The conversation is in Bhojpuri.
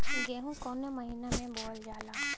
गेहूँ कवने महीना में बोवल जाला?